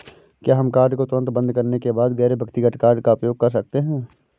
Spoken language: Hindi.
क्या हम कार्ड को तुरंत बंद करने के बाद गैर व्यक्तिगत कार्ड का उपयोग कर सकते हैं?